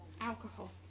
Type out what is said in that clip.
alcohol